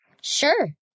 Sure